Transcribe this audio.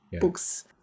books